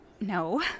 no